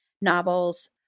novels